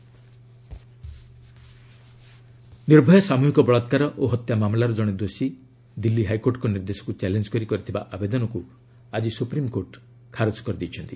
SC Nirbhaya Nirbhaya ସାମୁହିକ ବଳାକ୍କାର ଓ ହତ୍ୟା ମାମଲାର ଜଣେ ଦୋଷୀ ଦିଲ୍ଲୀ ହାଇକୋର୍ଟଙ୍କ ନିର୍ଦ୍ଦେଶକୁ ଚ୍ୟାଲେଞ୍ଜ କରି କରିଥିବା ଆବେଦନକୁ ଆଜି ସୁପ୍ରିମ୍କୋର୍ଟ ଖାରଜ କରିଦେଇଛନ୍ତି